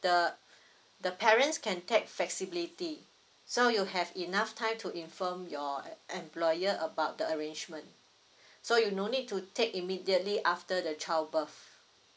the the parents can take flexibility so you have enough time to inform your employer about the arrangement so you no need to take immediately after the child birth